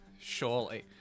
Surely